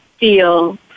Feel